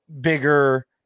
bigger